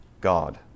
God